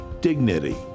dignity